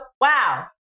Wow